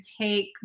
take